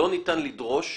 ניתן לדרוש,